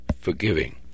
forgiving